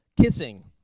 kissing